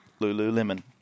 Lululemon